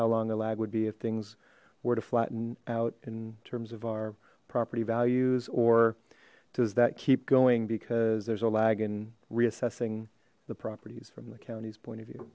how long the lag would be if things were to flatten out in terms of our property values or does that keep going because there's a lag in reassessing the properties from the county's point of view